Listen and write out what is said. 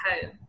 home